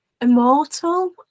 immortal